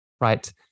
right